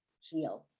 heal